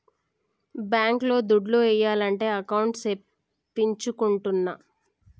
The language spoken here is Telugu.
బ్యాంక్ లో దుడ్లు ఏయాలంటే అకౌంట్ సేపిచ్చుకుంటాన్న